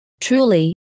Truly